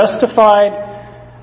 justified